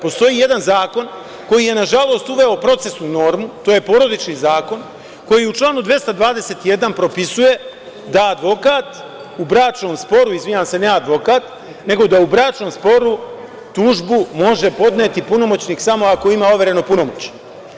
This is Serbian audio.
Postoji jedan zakon, koji je nažalost uveo procesnu normu, to je Porodični zakon, koji u članu 221. propisuje da advokat u bračnom sporu, izvinjavam se, ne advokat nego da u bračnom sporu tužbu može podneti punomoćnik samo ako ima overeno punomoćje.